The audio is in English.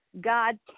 God